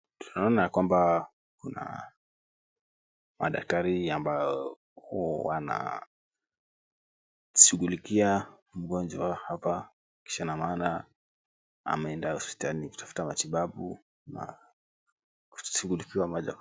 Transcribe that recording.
Tunaona ya kwamba kuna madaktari ambayo wanashughulikia mgonjwa hapa, kisha na maana ameenda hospitali kutafuta matibabu na kushughulikiwa moja kwa.